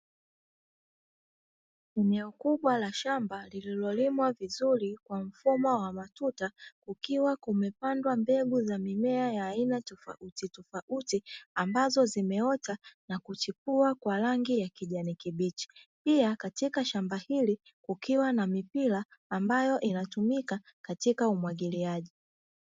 Eneo kubwa la shamba lililolimwa vizuri kwa mfumo wa matuta kukiwa kumepandwa mbegu za mimea ya aina tofauti tofauti, ambazo zimeota na kuchipua kwa rangi ya kijani kibichi, pia katika shamba hili kukiwa na mipira ambayo inatumika katika umwagiliaji.